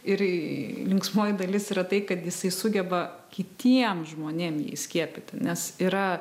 ir linksmoji dalis yra tai kad jisai sugeba kitiem žmonėm įskiepyti nes yra